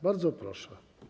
Bardzo proszę.